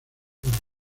forman